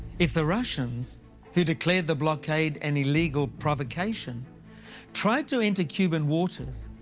if the russians who declared the blockade an illegal provocation tried to enter cuban waters,